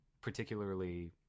particularly